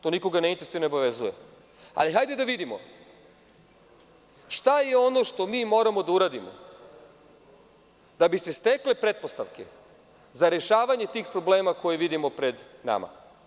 To nikoga ne interesuje i ne obavezuje, ali hajde da vidimo šta je ono što mi moramo da uradimo da bi se stekle pretpostavke za rešavanje tih problema koje vidimo pred nama.